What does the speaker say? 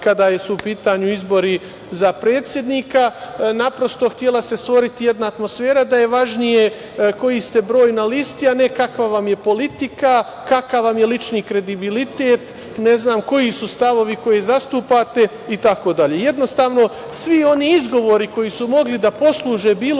kada su u pitanju izbori za predsednika. Naprosto, htela se stvoriti jedna atmosfera da je važnije koji ste broj na listi, a ne kakva vam je politika, kakav vam je lični kredibilitet, ne znam, koji su stavovi koji zastupate, itd. Jednostavno, svi oni izgovori koji su mogli da posluže bilo